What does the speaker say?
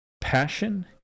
passion